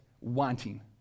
wanting